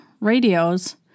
radios